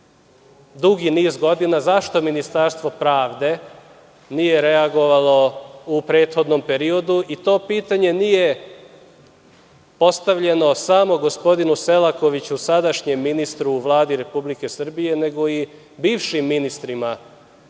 dugi niz godina. Zašto Ministarstvo pravde nije reagovalo u prethodnom periodu. To pitanje nije postavljeno samo gospodinu Selakoviću, sadašnjem ministru u Vladi Republike Srbije nego i bivšim ministrima u